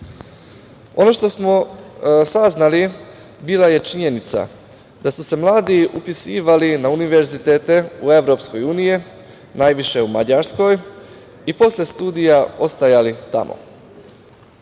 što smo saznali bila je činjenica da su se mladi upisivali na univerzitete u EU, najviše u Mađarskoj i posle studija ostajali tamo.